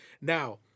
now